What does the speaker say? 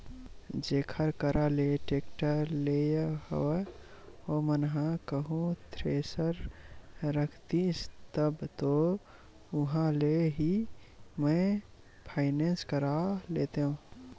जेखर करा ले टेक्टर लेय हव ओमन ह कहूँ थेरेसर रखतिस तब तो उहाँ ले ही मैय फायनेंस करा लेतेव